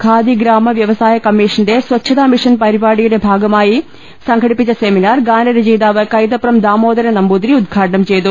ഖാദിഗ്രാമവ്യാവസായ കമ്മീഷന്റെ സ്വച്ഛതാമിഷൻ പരിപാടിയുടെ ഭാഗമായി സംഘടിപ്പിച്ച സെമിനാർ ഗാനരചയിതാവ് കൈതപ്രം ദാമോദരൻ നമ്പൂതിരി ഉദ്ഘാടനം ചെയ്തു